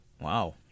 Wow